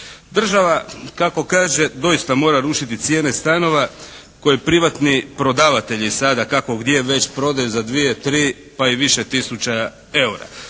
Država kako kaže doista mora rušiti cijene stanova koje privatni prodavatelji sada kako gdje već prodaju za dvije, tri pa i više tisuća eura.